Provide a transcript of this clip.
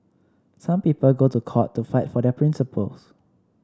some people go to court to fight for their principles